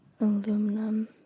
aluminum